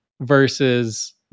versus